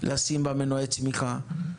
לשים בה מנועי צמיחה.